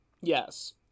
Yes